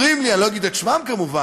אומרים לי, אני לא אגיד את שמם כמובן,